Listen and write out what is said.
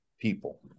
people